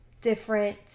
different